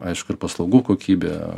aišku ir paslaugų kokybė